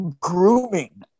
grooming